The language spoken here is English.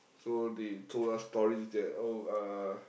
so they told us stories that oh uh